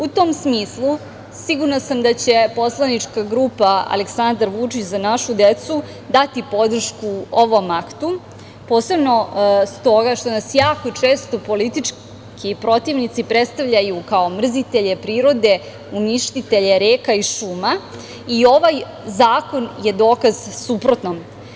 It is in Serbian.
U tom smislu, sigurna sam da će poslanička grupa Aleksandar Vučić – Za našu decu, dati podršku ovom aktu, posebno stoga što nas jako često politički protivnici predstavljaju kao mrzitelje prirode, uništitelje reka i šuma i ovaj zakon je dokaz suprotnom.